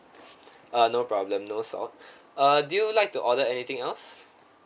uh no problem no salt uh do you like to order anything else